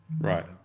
right